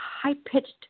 high-pitched